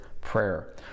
prayer